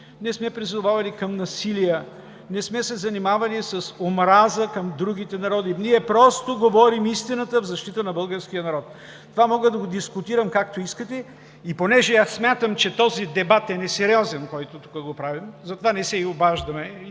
не сме призовавали към насилия, не сме се занимавали с омраза към другите народи. Ние просто говорим истината в защита на българския народ. Това мога да го дискутирам както искате. Понеже смятам, че дебатът, който тук правим, е несериозен, затова не се и обаждаме,